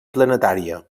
planetària